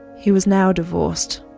he was now divorced